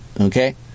Okay